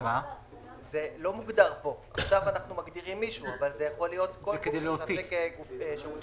זה יכול להיות כל גוף שמספק שירותים